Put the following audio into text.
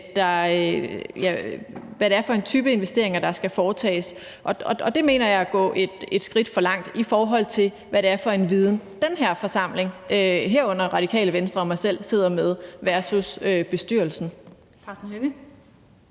hvad det er for en type investeringer, der skal foretages. Det mener jeg er at gå et skridt for langt, i forhold til hvad det er for en viden, den her forsamling, herunder Radikale Venstre og jeg selv, sidder med, versus den viden,